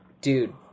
Dude